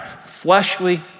fleshly